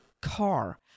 car